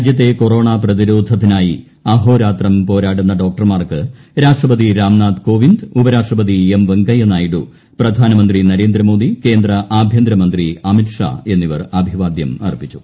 രാജ്യത്തെ കൊറോണ പ്രതിരോധത്തിനായി അഹോരാത്രം പോരാടുന്ന ഡോക്ടർമാർക്ക് രാഷ്ട്രപതി രാം നാഥ് കോവിന്ദ് ഉപരാഷ്ട്രപതി എം വെങ്കയ്യ നായിഡു പ്രധാനമന്ത്രി നരേന്ദ്രമോദി കേന്ദ്ര ആഭ്യന്തരമന്ത്രി അമിത്ഷാ എന്നിവർ അഭിവാദ്യം അർപ്പിച്ചു